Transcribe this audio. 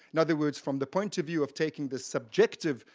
in other words, from the point of view of taking the subjective,